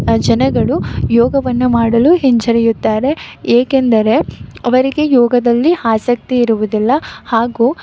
ಜನಗಳು ಯೋಗವನ್ನ ಮಾಡಲು ಹಿಂಜರಿಯುತ್ತಾರೆ ಏಕೆಂದರೆ ಅವರಿಗೆ ಯೋಗದಲ್ಲಿ ಆಸಕ್ತಿ ಇರುವುದಿಲ್ಲ ಹಾಗೂ